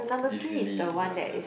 easily you understand not